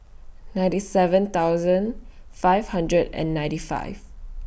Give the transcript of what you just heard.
ninety seven thousand five hundred and ninety five